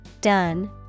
done